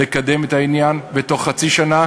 לקדם את העניין ובתוך חצי שנה